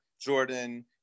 Jordan